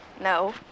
No